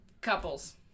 couples